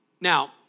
Now